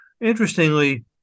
Interestingly